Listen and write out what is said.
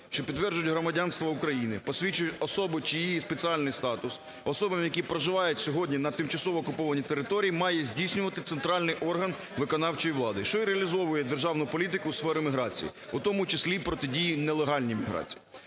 що підтверджують громадянство, посвідчують особу чи її спеціальний статус особам, які проживають сьогодні на тимчасово окупованій території, має здійснювати центральний орган виконавчої влади, що і реалізовує державну політику у сфері міграції, у тому числі і протидії нелегальній міграції.